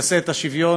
שיעשה את השוויון